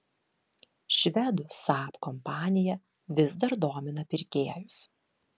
švedų saab kompanija vis dar domina pirkėjus